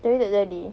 tapi tak jadi